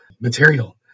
material